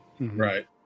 Right